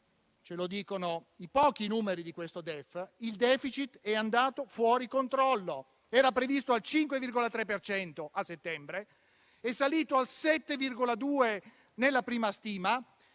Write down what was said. il *deficit* è andato fuori controllo. Era previsto al 5,3 per cento a settembre; è salito al 7,2 nella prima stima;